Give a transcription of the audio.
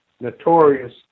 notorious